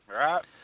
right